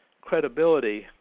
credibility